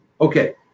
Okay